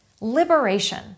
liberation